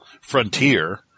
frontier